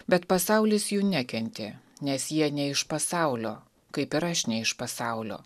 bet pasaulis jų nekentė nes jie ne iš pasaulio kaip ir aš ne iš pasaulio